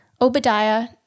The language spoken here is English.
Obadiah